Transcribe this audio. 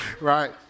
right